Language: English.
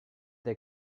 they